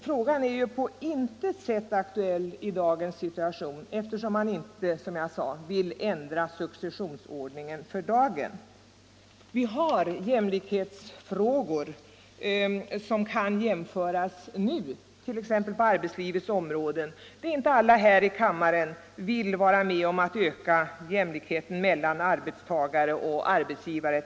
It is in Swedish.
Frågan är ju på intet sätt aktuell i dagens situation, eftersom man inte vill ändra successionsordningen för dagen. Vi har jämlikhetsfrågor där lösningen kan genomföras nu, t.ex. på arbetslivets områden, men där inte alla här i kammaren vill vara med om att öka jämlikheten. Det gäller exempelvis jämlikheten mellan arbetstagare och arbetsgivare.